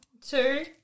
two